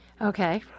okay